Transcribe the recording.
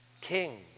King